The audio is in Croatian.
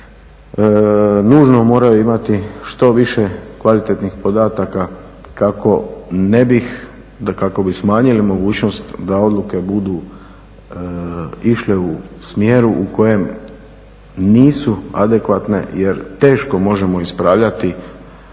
nužno moraju imati što više kvalitetnih podataka kako ne bi da kako bi smanjili mogućnost da odluke idu u smjeru u kojem nisu adekvatne jer teško možemo ispravljati